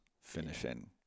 finishing